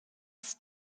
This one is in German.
ist